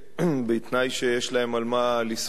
בתנאי שיש להם על מה לסמוך.